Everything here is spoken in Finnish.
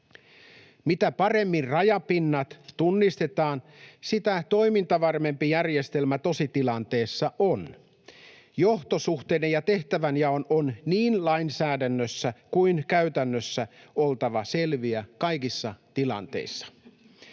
Mitä paremmin rajapinnat tunnistetaan, sitä toimintavarmempi järjestelmä tositilanteessa on. Johtosuhteiden ja tehtävänjaon on niin lainsäädännössä kuin käytännössä oltava selviä kaikissa tilanteissa.